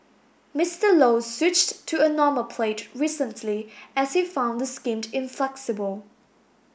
Mister Low switched to a normal plate recently as he found the scheme inflexible